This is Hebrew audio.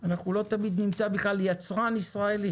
אנחנו לא תמיד נמצא בכלל יצרן ישראלי